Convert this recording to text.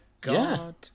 God